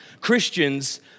Christians